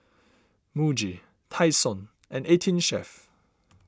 Muji Tai Sun and eighteen Chef